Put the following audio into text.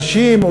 אנשים,